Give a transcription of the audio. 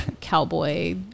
cowboy